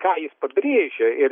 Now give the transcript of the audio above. ką jis pabrėžė ir